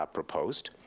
ah proposed.